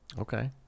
Okay